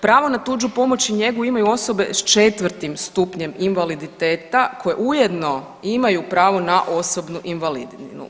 Pravo na tuđu pomoć i njegu imaju osobe s 4. Stupnjem invaliditeta koje ujedno imaju pravo na osobnu invalidninu.